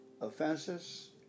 offenses